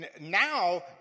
now